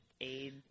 aid